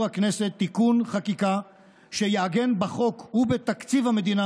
הכנסת תיקון חקיקה שיעגן בחוק ובתקציב המדינה,